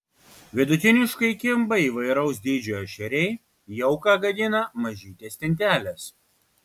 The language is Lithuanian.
vidutiniškai kimba įvairaus dydžio ešeriai jauką gadina mažytės stintelės